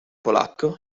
polacco